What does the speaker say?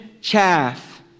chaff